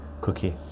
Cookie